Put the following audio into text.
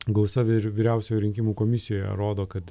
gausa ir vyriausioje rinkimų komisijoje rodo kad